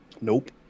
Nope